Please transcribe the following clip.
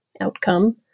outcome